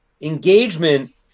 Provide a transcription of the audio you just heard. engagement